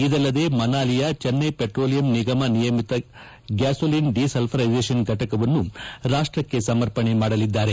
ಇದಲ್ಲದೆ ಮನಾಲಿಯ ಚೆನ್ನೈ ಪೆಟ್ರೋಲಿಯಂ ನಿಗಮ ನಿಯಮಿತ ಗ್ಯಾಸೋಲಿನ್ ಡಿಸಲ್ಪರೈಸೇಷನ್ ಫಫಟಕವನ್ನು ರಾಷ್ಟಕ್ಕೆ ಸಮರ್ಪಣೆ ಮಾಡಲಿದ್ದಾರೆ